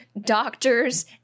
doctors